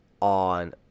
on